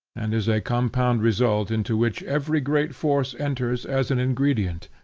and is a compound result into which every great force enters as an ingredient,